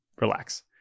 relax